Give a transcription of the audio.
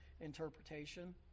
interpretation